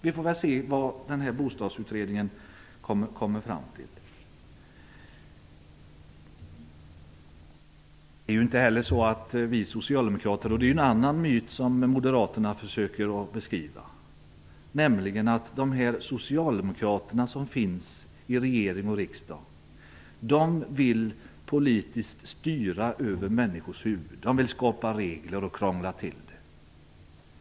Vi får se vad Bostadsutredningen kommer fram till. En annan myt som Moderaterna ägnar sig åt är att de socialdemokrater som finns i regering och riksdag politiskt vill styra över människors huvud, skapa regler och krångla till det.